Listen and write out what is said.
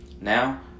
Now